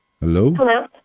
Hello